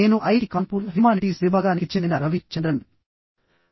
నేను IIT Kanpur humanities విభాగానికి చెందిన రవి చంద్రన్ నేను ఇస్తూనే ఉన్నాను